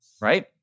Right